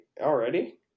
already